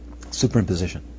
Superimposition